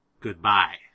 goodbye